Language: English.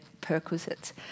perquisites